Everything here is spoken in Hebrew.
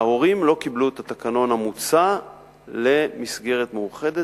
ההורים לא קיבלו את התקנון המוצע למסגרת מאוחדת,